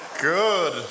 Good